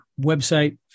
website